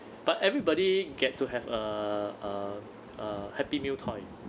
but everybody get to have a a a happy meal toy